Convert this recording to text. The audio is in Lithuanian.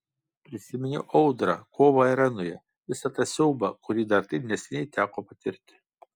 prisiminiau audrą kovą arenoje visą tą siaubą kurį dar taip neseniai teko patirti